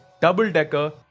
double-decker